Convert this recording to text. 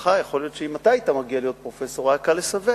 ויכול להיות שאם אתה היית מגיע להיות פרופסור היה קל לסווג.